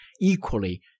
equally